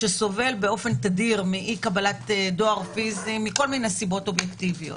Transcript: שסובלים באופן תדיר מאי-קבלת דואר פיזי מכל מיני סיבות אובייקטיביות.